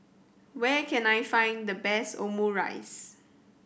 where can I find the best Omurice